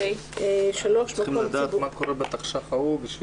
צריכים לדעת מה קורה בתקש"ח ההוא.